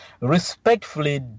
respectfully